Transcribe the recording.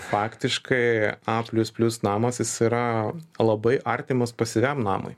faktiškai a plius plius namas jis yra labai artimas pasyviam namui